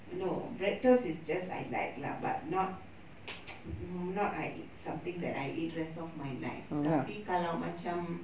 no bread toast is just I like lah but not mm not I eat something that I eat rest of my life tapi kalau macam